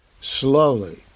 Slowly